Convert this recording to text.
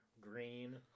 green